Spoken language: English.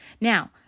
Now